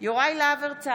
מיליוני ימי עבודה.